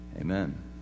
Amen